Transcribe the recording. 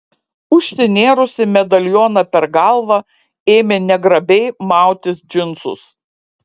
užsinėrusi medalioną per galvą ėmė negrabiai mautis džinsus